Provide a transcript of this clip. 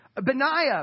Benaiah